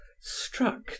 struck